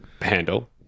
handle